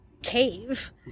cave